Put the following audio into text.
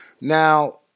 Now